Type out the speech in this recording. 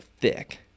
thick